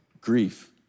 Grief